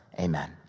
Amen